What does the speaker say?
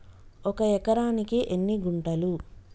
ఒక ఎకరానికి ఎన్ని గుంటలు?